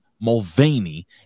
Mulvaney